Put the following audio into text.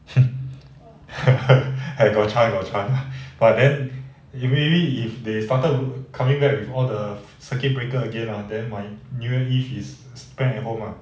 hmm I got try got try but then maybe if they started coming back with all the circuit breaker again ah then my new year eve is spent at home lah